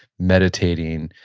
meditating.